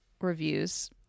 reviews